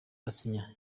asinya